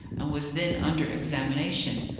and was then under examination,